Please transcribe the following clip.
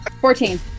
Fourteen